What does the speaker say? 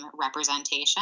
representation